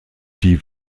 die